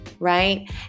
right